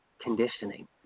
conditioning